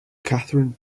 katherine